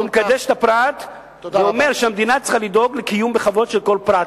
שהוא מקדש את הפרט ואומר שהמדינה צריכה לדאוג לקיום בכבוד של כל פרט.